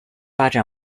发展